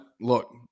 Look